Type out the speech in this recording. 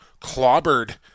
clobbered